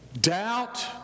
Doubt